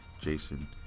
Jason